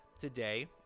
Today